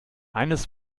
eines